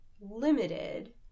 limited